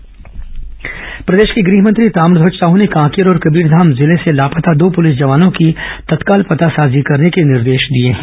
गृह मंत्री निर्देश प्रदेश के गृह मंत्री ताम्रध्वज साहू ने कांकेर और कबीरधाम जिले से लापता दो पुलिस जवानों की तत्काल पतासाजी करने के निर्देश दिए हैं